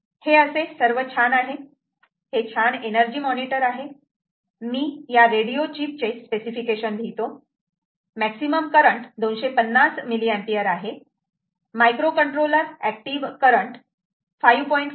हे असे सर्व आहे हे छान एनर्जी मॉनिटर आहे मी या रेडिओ चीप चे स्पेसिफिकेशन लिहितो मॅक्सिमम करंट 250 mA आहे मायक्रो कंट्रोलर एक्टीव्ह करंट 5